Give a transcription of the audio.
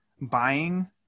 buying